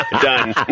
done